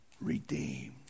redeemed